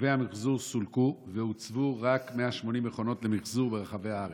כלובי המחזור סולקו והוצבו רק 180 מכונות למחזור ברחבי הארץ.